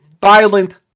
violent